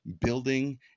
building